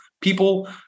people